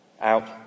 out